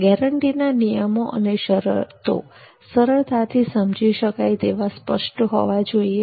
ગેરંટીના નિયમો અને શરતો સરળતાથી સમજી શકાય તેવા સ્પષ્ટ હોવા જોઈએ